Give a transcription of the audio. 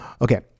okay